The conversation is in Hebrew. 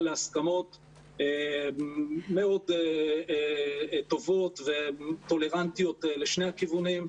להסכמות מאוד טובות וטולרנטיות לשני הכיוונים,